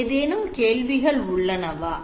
ஏதேனும் கேள்விகள் உள்ளனவா